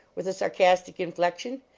with a sar castic inflection,